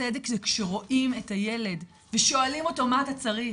צדק זה כשרואים את הילד ושואלים אותו 'מה אתה צריך'